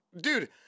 dude